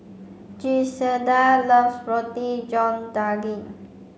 Griselda loves Roti John Daging